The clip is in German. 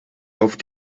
auf